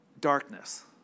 Darkness